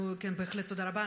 כן, בהחלט, תודה רבה.